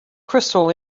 crystal